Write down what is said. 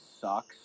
sucks